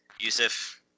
Yusuf